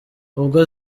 ubwo